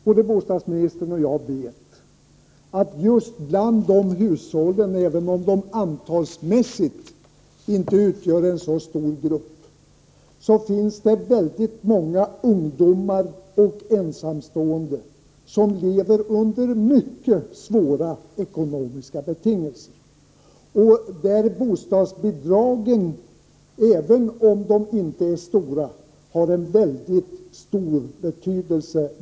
Både bostadsministern och jag vet att det just bland hushållen utan barn — även om de antalsmässigt inte utgör en så stor grupp — finns väldigt många ungdomar och ensamstående som lever under mycket svåra ekonomiska betingelser och för vilka bostadsbidragen, även om de inte är höga, har stor betydelse.